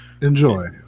Enjoy